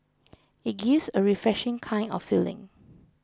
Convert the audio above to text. it gives a refreshing kind of feeling